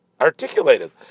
articulated